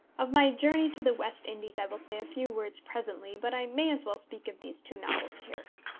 of my journey to the west indies i will say a few words presently, but i may as well speak of these two novels here.